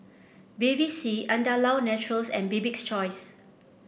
Bevy C Andalou Naturals and Bibik's Choice